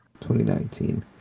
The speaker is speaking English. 2019